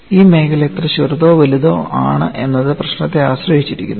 ഈ മേഖല എത്ര ചെറുതോ വലുതോ ആണ് എന്നത് പ്രശ്നത്തെ ആശ്രയിച്ചിരിക്കുന്നത്